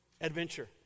adventure